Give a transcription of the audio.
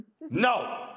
No